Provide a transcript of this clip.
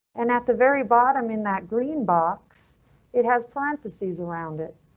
and at the very bottom in that green box it has parentheses around it.